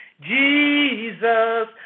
Jesus